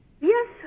Yes